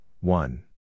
one